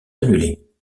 annulés